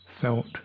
felt